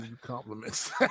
compliments